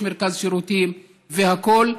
יש מרכז שירותים והכול.